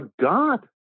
God